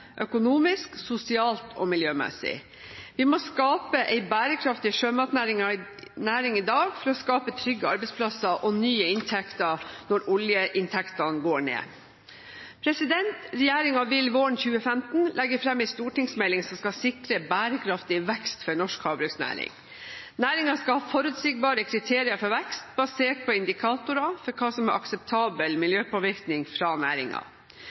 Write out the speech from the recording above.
økonomisk, sosialt og miljømessig. Vi må skape en bærekraftig sjømatnæring i dag for å skape trygge arbeidsplasser og nye inntekter når oljeinntektene går ned. Regjeringen vil våren 2015 legge fram en stortingsmelding som skal sikre bærekraftig vekst for norsk havbruksnæring. Næringen skal ha forutsigbare kriterier for vekst, basert på indikatorer for hva som er akseptabel miljøpåvirkning fra